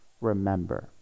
remember